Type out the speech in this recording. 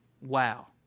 Wow